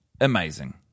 amazing